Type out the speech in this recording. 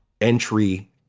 entry